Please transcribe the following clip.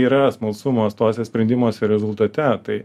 yra smalsumas tuose sprendimuose rezultate tai